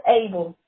able